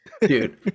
dude